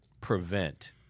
prevent